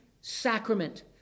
sacrament